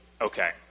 okay